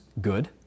good